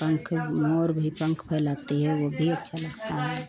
पंख मोर भी पंख फैलाती हैं वह भी अच्छा लगता है